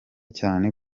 cyane